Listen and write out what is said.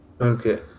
Okay